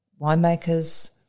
winemakers